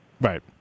Right